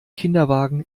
kinderwagen